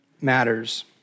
matters